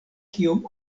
kiom